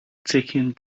taking